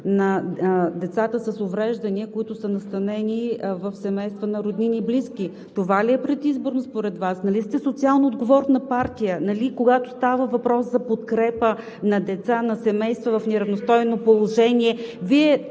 на децата с увреждания, които са настанени в семейства на роднини и близки?! Това ли е предизборно според Вас? Нали сте социално отговорна партия, нали когато става въпрос за подкрепа на деца, на семейства в неравностойно положение,